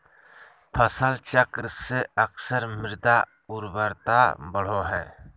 फसल चक्र से अक्सर मृदा उर्वरता बढ़ो हइ